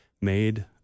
made